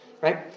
Right